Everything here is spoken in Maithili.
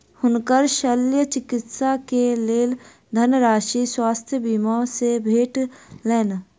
हुनकर शल्य चिकित्सा के लेल धनराशि स्वास्थ्य बीमा से भेटलैन